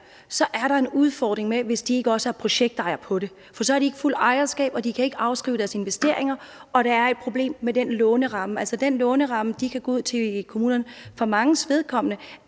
er der en udfordring, hvis de ikke også er projektejere på det. For så har de ikke fuldt ejerskab, og de kan ikke afskrive deres investeringer, og der er et problem med den låneramme, de kan gå ud til i kommunerne. For manges vedkommende